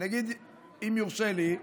אם יורשה לי,